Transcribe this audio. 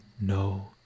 no